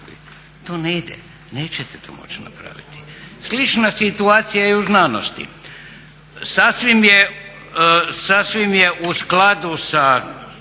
To ne ide, nećete to moći napraviti. Slična situacija je i u znanosti. Sasvim je u skladu sa